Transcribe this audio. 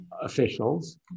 Officials